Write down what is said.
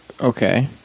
Okay